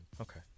Okay